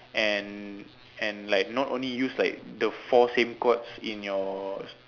and and like not only use like the four same chords in your